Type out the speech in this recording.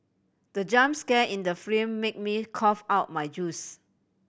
the jump scare in the film made me cough out my juice